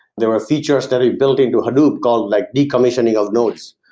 there are features that are built in to hadoop called like decommissioning of nodes.